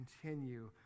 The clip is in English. continue